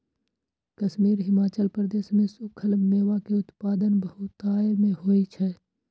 कश्मीर, हिमाचल प्रदेश मे सूखल मेवा के उत्पादन बहुतायत मे होइ छै